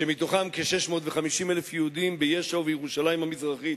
שמתוכם כ-650,000 יהודים ביש"ע ובירושלים המזרחית.